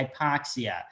hypoxia